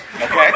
Okay